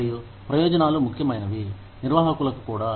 మరియు ప్రయోజనాలు ముఖ్యమైనవి నిర్వాహకులకు కూడా